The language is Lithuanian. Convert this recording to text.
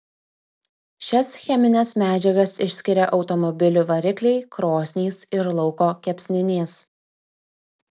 šias chemines medžiagas išskiria automobilių varikliai krosnys ir lauko kepsninės